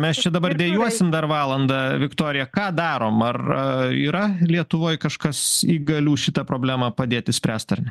mes čia dabar dejuosim dar valandą viktorija ką darom ar yra lietuvoj kažkas įgalių šitą problemą padėt išspręst ar ne